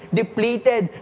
depleted